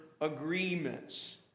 agreements